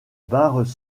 barres